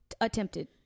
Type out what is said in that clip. attempted